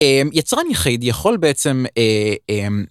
יצרן יחיד יכול בעצם.